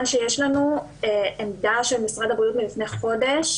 שיש לנו עמדה של משרד הבריאות מלפני חודש,